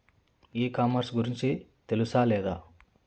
E commerce గురించి తెలుసా లేదా?